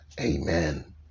Amen